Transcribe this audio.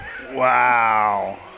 Wow